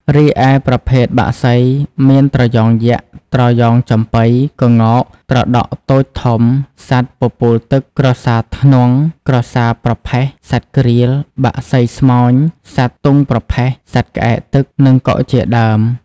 រីឯប្រភេទបក្សីមាន ត្រយងយក្ស ត្រយងចំប៉ី ក្ងោក ត្រដក់តូចធំ សត្វពពូលទឹក ក្រសារធ្នង់ ក្រសារប្រផេះ សត្វក្រៀល បក្សីស្មោញ សត្វទុងប្រផេះ សត្វក្អែកទឹក និងកុកជាដើម។